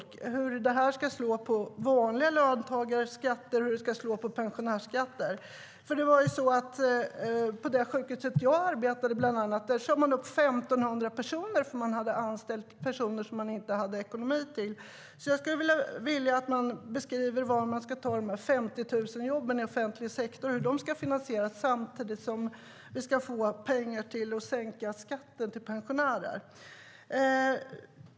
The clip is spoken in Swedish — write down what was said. Frågan är hur finansieringen av de 50 000 kommer att slå på vanliga löntagares skatt och hur den kommer att slå på pensionärernas skatt. På det sjukhus där jag arbetade sade man upp 1 500 personer eftersom man hade anställt fler än det fanns ekonomi för. Jag skulle vilja höra hur de 50 000 jobben i offentlig sektor ska finansieras och hur vi samtidigt ska få pengar till att sänka skatten för pensionärer.